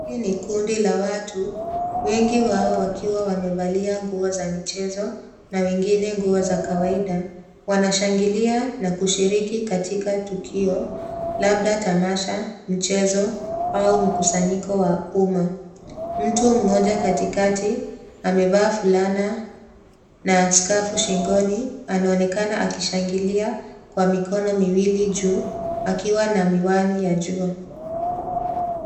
Hili ni kundi la watu, wengi wao wakiwa wamevalia nguo za michezo na wengine nguo za kawaida. Wanashangilia na kushiriki katika tukio, labda tamasha, mchezo, au mkusanyiko wa umma. Mtu mmoja katikati amevaa fulana na skafu shingoni, anaonekana akishangilia kwa mikono miwili juu, akiwa na miwani ya jua.